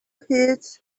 heads